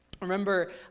remember